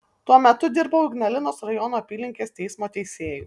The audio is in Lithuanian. tuo metu dirbau ignalinos rajono apylinkės teismo teisėju